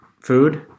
food